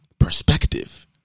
Perspective